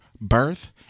birth